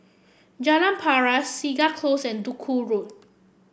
Jalan Paras Segar Close and Duku Road